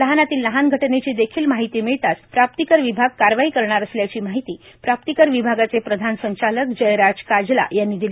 लहानातील लहान घटनेची देखील माहिती मिळताच प्राप्तिकर विभाग कारवाई करणार असल्याची माहिती प्राप्तिकर विभागाचे प्रधान संचालक जयराज काजला यांनी दिली